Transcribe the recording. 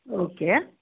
okay